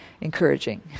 encouraging